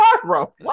tomorrow